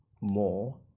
more